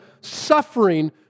suffering